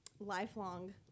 Lifelong